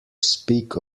speak